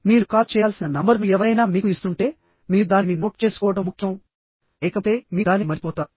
మీరు కాల్ చేయాల్సిన నంబర్ను ఎవరైనా మీకు ఇస్తుంటేమీరు దానిని నోట్ చేసుకోవడం ముఖ్యంలేకపోతే మీరు దానిని మర్చిపోతారు